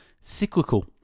Cyclical